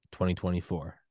2024